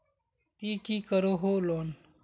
ती की करोहो लोन?